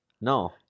no